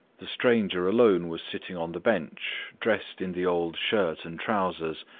the stranger alone was sitting on the bench, dressed in the old shirt and trousers,